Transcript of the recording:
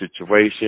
situation